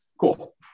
cool